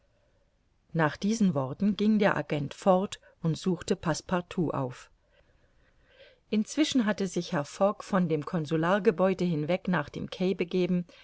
nach diesen worten ging der agent fort und suchte passepartout auf inzwischen hatte sich herr fogg von dem consulargebäude hinweg nach dem quai begeben